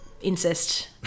incest